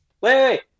wait